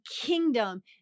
kingdom